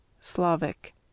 Slavic